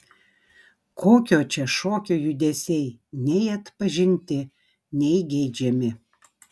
kokio čia šokio judesiai nei atpažinti nei geidžiami